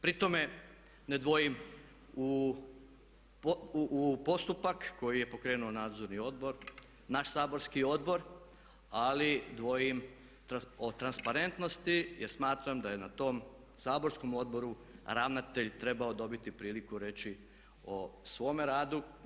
Pri tome ne dvojim u postupak koji je pokrenuo Nadzorni odbor, naš saborski odbor, ali dvojim o transparentnosti jer smatram da je na tom saborskom odboru ravnatelj trebao dobiti priliku reći o svome radu.